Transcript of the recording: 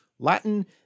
Latin